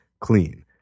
clean